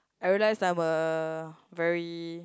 I realize I'm a very